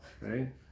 right